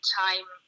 time